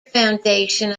foundation